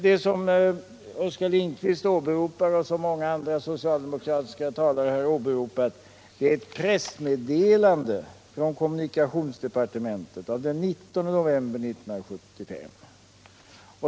Det som Oskar Lindkvist åberopar, och som många andra socialdemokratiska talare åberopat, är ett pressmeddelande från kommunikationsdepartementet av den 19 november 1975.